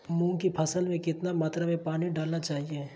मूंग की फसल में कितना मात्रा में पानी डालना चाहिए?